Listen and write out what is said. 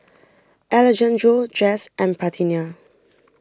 Alejandro Jess and Parthenia